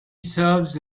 serves